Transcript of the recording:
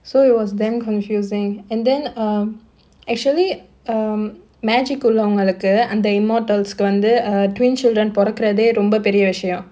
so it was damn confusing and then um actually um magic உள்ளவங்களுக்கு அந்த:ullavangalukku andha immortals வந்து:vandhu err twin children போறக்கரதே ரொம்ப பெரிய விசயம்:porakkarathae vandhu romba periya vishayam